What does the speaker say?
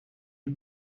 you